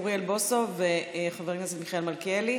אוריאל בוסו וחבר הכנסת מיכאל מלכיאלי.